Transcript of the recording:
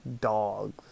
dogs